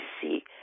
see